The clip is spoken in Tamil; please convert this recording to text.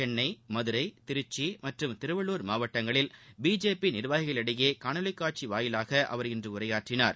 சென்னை மதுரை திருச்சி மற்றும் திருவள்ளுர் மாவட்டங்களில் பிஜேபி நிர்வாகிகளிடையே காணொலிக் இன்று உரையாற்றினார்